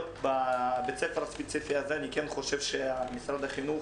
בבית הספר הספציפי הזה אני כן חושב שמשרד החינוך,